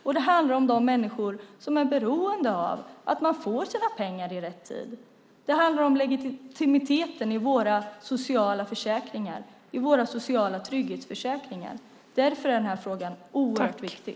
Och det handlar om de människor som är beroende av att de får sina pengar i rätt tid. Det handlar om legitimiteten i våra sociala försäkringar, i våra sociala trygghetsförsäkringar. Därför är den här frågan oerhört viktig.